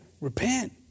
repent